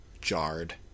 jarred